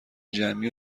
جمعی